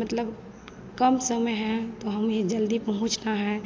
मतलब कम समय है तो हमें जल्दी पहुँचना है